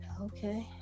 Okay